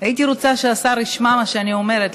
הייתי רוצה שהשר ישמע מה שאני אומרת,